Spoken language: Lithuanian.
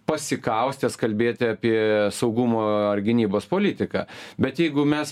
pasikaustęs kalbėti apie saugumo ar gynybos politiką bet jeigu mes